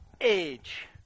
age